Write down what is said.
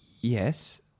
Yes